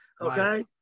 Okay